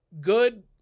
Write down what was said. good